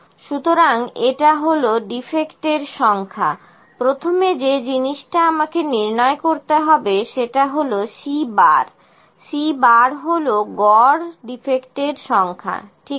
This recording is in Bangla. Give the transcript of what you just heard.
সুতরাং এটা হল ডিফেক্টের সংখ্যা প্রথম যে জিনিসটা আমাকে নির্ণয় করতে হবে সেটা হল C C হল গড় ডিফেক্টের সংখ্যা ঠিক আছে